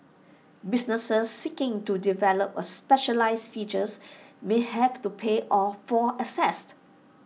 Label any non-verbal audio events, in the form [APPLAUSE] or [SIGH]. businesses seeking to develop A specialised features may have to pay all for [UNINTELLIGIBLE]